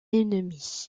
ennemi